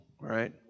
right